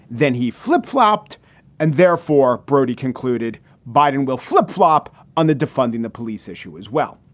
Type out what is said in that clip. then he flip flopped and therefore, brody concluded biden will flip flop on the defunding the police issue as well.